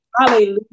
Hallelujah